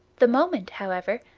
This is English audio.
the moment, however,